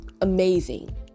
amazing